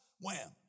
wham